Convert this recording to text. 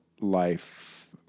life